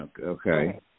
Okay